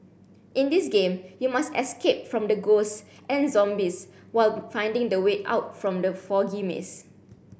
in this game you must escape from the ghosts and zombies while finding the way out from the foggy maze